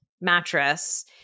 mattress